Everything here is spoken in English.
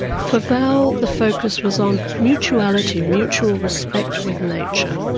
for val, the focus was on mutuality, mutual respect with nature,